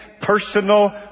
personal